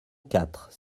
quatre